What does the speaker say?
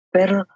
Pero